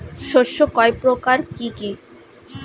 শস্য কয় প্রকার কি কি?